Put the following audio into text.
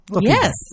yes